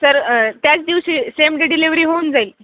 sir त्याच दिवशी same day delivery होऊन जाईल